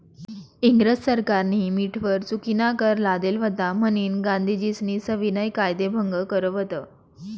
इंग्रज सरकारनी मीठवर चुकीनाकर लादेल व्हता म्हनीन गांधीजीस्नी सविनय कायदेभंग कर व्हत